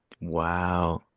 Wow